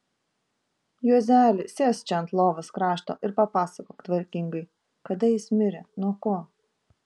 juozeli sėsk čia ant lovos krašto ir papasakok tvarkingai kada jis mirė nuo ko